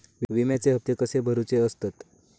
विम्याचे हप्ते कसे भरुचे असतत?